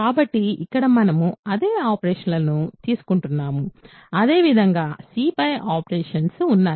కాబట్టి ఇక్కడ మనము అదే ఆపరేషన్లను తీసుకుంటున్నాము అదే విధంగా C పై ఆపరేషన్స్ ఉన్నాయి